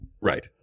Right